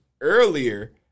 earlier